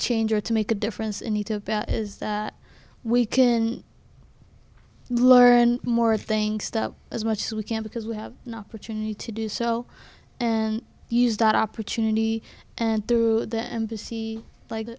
change or to make a difference in itto bet is that we can learn more of things that as much as we can because we have no opportunity to do so and use that opportunity and through the embassy like